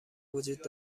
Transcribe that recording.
وجود